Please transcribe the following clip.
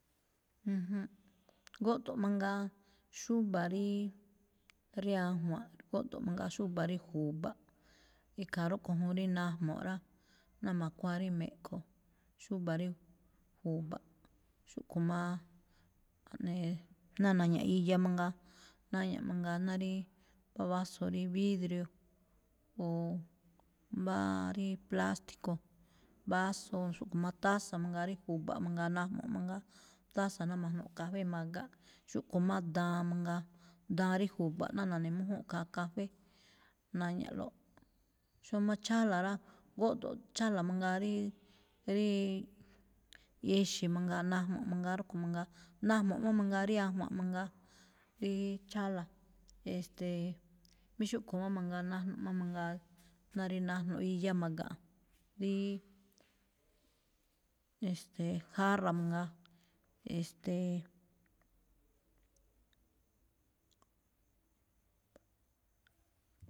J júmꞌ, góꞌdo̱ꞌ mangaa xúba̱ ríí-rí ajwa̱nꞌ, góꞌdo̱ꞌ mangaa xúba̱ rí ju̱ba̱ꞌ. Ikhaa róꞌkho̱ juun rí najmuꞌ rá, náa ma̱khuáa rí me̱ꞌkho, xúba̱ rí ju̱ba̱ꞌ, xúꞌkho̱ máá, ja̱ꞌnee, ná naña̱ꞌ iya mangaa, naña̱ꞌ mangaa náa ríí mbá vaso rí vidrio, o mbáá rí plásico, vaso xúꞌkho̱ má taza mangaa rí ju̱ba̱ꞌ mangaa najmuꞌ mangaa, taza ná ma̱jno̱ꞌ kafé ma̱ga̱nꞌ, xúꞌkho̱ má daan mangaa, daan rí ju̱ba̱ꞌ ná na̱ne̱mújúnꞌ khaa kafé naña̱ꞌlo̱ꞌ. Xómá chála̱ rá, góꞌdo̱ꞌ mangaa ríí-rí exe̱ mangaa, najmuꞌ mangaa rúꞌkho̱ mangaa, najmuꞌ má mangaa rí ajwa̱nꞌ mangaa, ríí chála̱, e̱ste̱e̱. Mí xúꞌkho̱ má mangaa najmuꞌ má mangaa ná rí najno̱ꞌ iya ma̱ga̱nꞌ, ríí e̱ste̱e̱, jarra mangaa, e̱ste̱e̱.